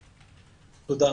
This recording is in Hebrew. תודה.